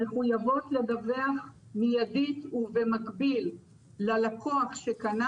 מחויבות לדווח מיידית ובמקביל ללקוח שקנה